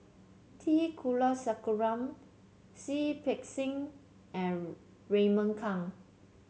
T Kulasekaram Seah Peck Seah and Raymond Kang